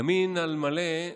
ימין על מלא,